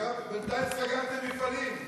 בינתיים סגרתם מפעלים.